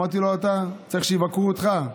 אמרתי לו: אתה צריך שיבקרו אותך.